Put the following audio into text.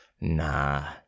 Nah